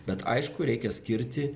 bet aišku reikia skirti